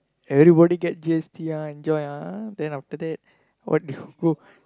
everybody get G_S_T ah enjoy ah then after that what you go